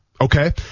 Okay